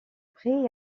pré